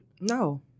No